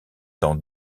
dans